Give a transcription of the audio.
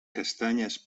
castanyes